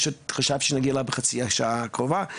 פשוט חשב שנגיע אליו בחצי השעה הקרובה.